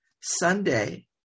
Sunday